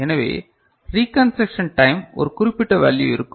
எனவே reconstruction time ஒரு குறிப்பிட்ட வேல்யூ இருக்கும்